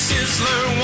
Sizzler